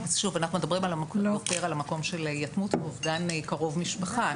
אנחנו מדברים יותר על המקום של יתמות ואובדן קרוב משפחה.